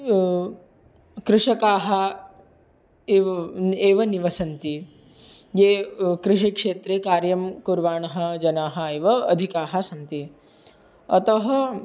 कृषकाः एव एव निवसन्ति ये कृषिक्षेत्रे कार्यं कुर्वाणः जनाः एव अधिकाः सन्ति अतः